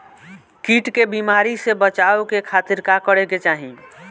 कीट के बीमारी से बचाव के खातिर का करे के चाही?